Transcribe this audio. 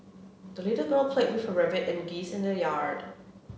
the little girl played with her rabbit and geese in the yard